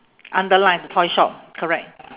underline toy shop correct